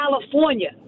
California